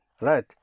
Right